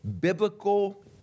biblical